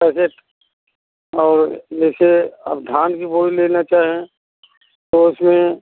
पैंसठ और जैसे अब धान की बोरी लेना चाहें तो उसमें